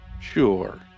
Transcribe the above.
Sure